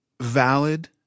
valid –